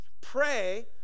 pray